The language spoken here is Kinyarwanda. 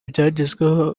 byagezweho